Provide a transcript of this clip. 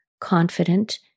confident